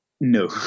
no